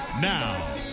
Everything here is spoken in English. Now